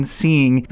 seeing